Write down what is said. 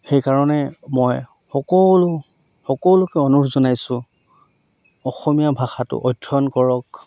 সেইকাৰণে মই সকলো সকলোকে অনুৰোধ জনাইছোঁ অসমীয়া ভাষাটো অধ্যয়ন কৰক